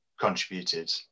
contributed